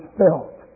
felt